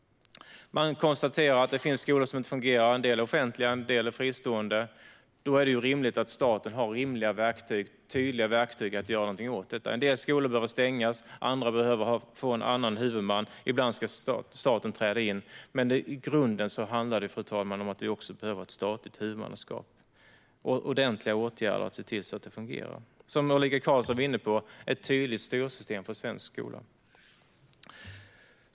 Man konstaterar att det finns skolor som inte fungerar, en del offentliga och en del fristående, och då är det ju rimligt att staten har tydliga verktyg för att göra någonting åt detta. En del skolor behöver stängas, andra behöver få en annan huvudman. Ibland ska staten träda in. I grunden handlar det dock om att vi behöver ett statligt huvudmannaskap, fru talman, och ordentliga åtgärder för att detta ska fungera. Som Ulrika Carlsson var inne på behövs det ett tydligt styrsystem för svensk skola.